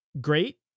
great